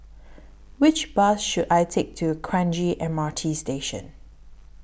Which Bus should I Take to Kranji M R T Station